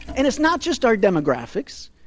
and it's not just our demographics.